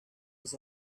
was